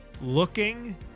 looking